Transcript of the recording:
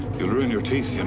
you'll ruin your teeth. you